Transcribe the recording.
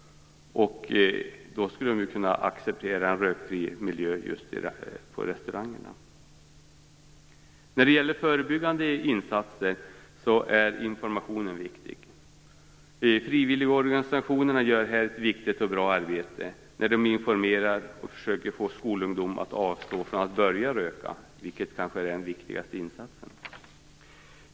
Då skulle de också kunna acceptera en rökfri miljö på restauranger. När det gäller förebyggande insatser är information viktig. Frivilligorganisationerna gör ett viktigt och bra arbete när de informerar och försöker få skolungdom att avstå från att börja röka. Detta kanske är den viktigaste insatsen.